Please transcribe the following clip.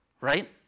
Right